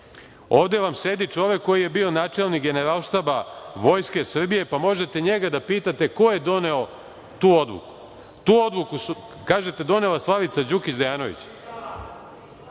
Ovde vam sedi čovek koji je bio načelnik Generalštaba Vojske Srbije, pa možete njega da pitate ko je doneo tu odluku. Kažete da je tu odluku donela Slavica Đukić Dejanović.